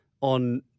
on